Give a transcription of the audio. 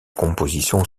compositions